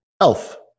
Elf